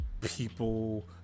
people